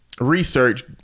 research